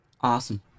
Awesome